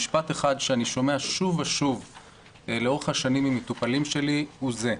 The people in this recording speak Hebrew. משפט אחד שאני שומע שוב ושוב לאורך השנים עם מטופלים שלי הוא זה: